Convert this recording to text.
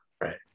right